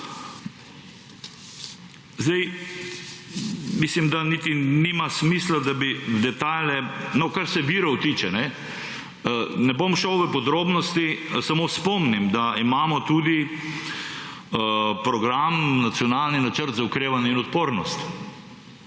Mislim, da niti nima smisla, da bi detajle… No, kar se virov tiče, ne bom šel v podrobnosti, samo spomnim, da imamo tudi program Nacionalni načrt za okrevanje in odpornost.